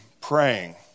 praying